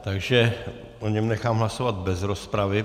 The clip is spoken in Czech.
Takže o něm nechám hlasovat bez rozpravy.